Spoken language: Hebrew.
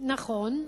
נכון.